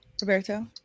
Roberto